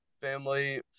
family